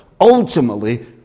ultimately